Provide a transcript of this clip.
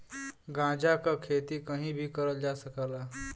गांजा क खेती कहीं भी करल जा सकला